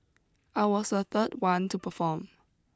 I was the third one to perform